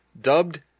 dubbed